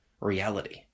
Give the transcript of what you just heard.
reality